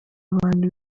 abantu